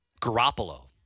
Garoppolo